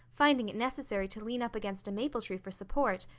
finding it necessary to lean up against a maple tree for support,